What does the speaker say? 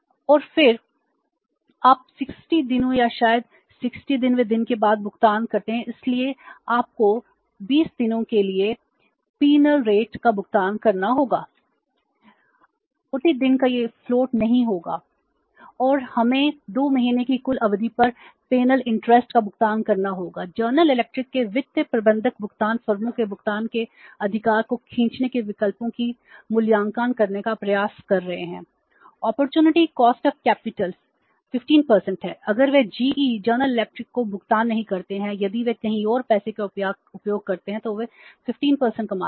और फिर आप 60 दिनों या शायद 60 वें दिन के बाद भुगतान करते हैं इसलिए आपको 20 दिनों के लिए पीनल रेट के वित्त प्रबंधक भुगतान फर्मों के भुगतान के अधिकार को खींचने के विकल्पों का मूल्यांकन करने का प्रयास कर रहे हैं